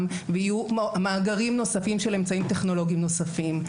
ויהיו מאגרים נוספים של אמצעים טכנולוגיים נוספים.